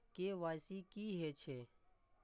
KYC की हे छे?